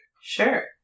sure